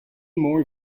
more